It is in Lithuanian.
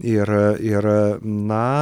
ir ir na